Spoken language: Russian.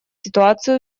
ситуацию